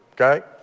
Okay